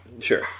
Sure